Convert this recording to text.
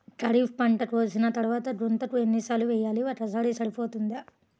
ఖరీఫ్ పంట కోసిన తరువాత గుంతక ఎన్ని సార్లు వేయాలి? ఒక్కసారి సరిపోతుందా?